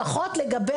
לפחות לגבי